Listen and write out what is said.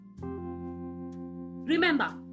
Remember